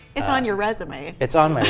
it's on your resume. it's on my